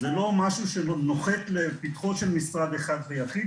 זה לא משהו שנוחת לפתחו של משרד אחד ויחיד,